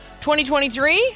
2023